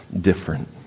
different